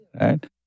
Right